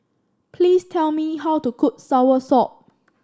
please tell me how to cook soursop